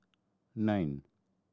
nine